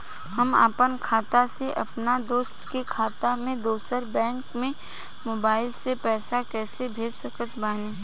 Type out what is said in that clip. हम आपन खाता से अपना दोस्त के खाता मे दोसर बैंक मे मोबाइल से पैसा कैसे भेज सकत बानी?